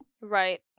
Right